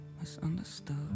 misunderstood